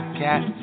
cat